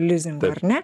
lizingu ar ne